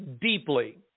deeply